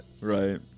Right